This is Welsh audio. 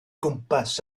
gwmpas